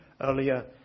earlier